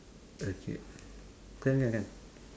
okay can can can